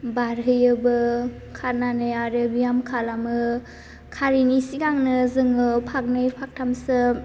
बारहैयोबो खारनानै आरो बेयाम खालामो खारैनि सिगांनो जोङो फागनै फागथामसो